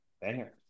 banger